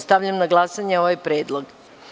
Stavljam na glasanje ovaj predlog.